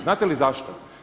Znate li zašto?